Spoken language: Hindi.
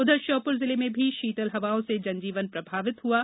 उधर श्योपुर जिले में भी शीतल हवाओं से जनजीवन प्रभावित हुआ है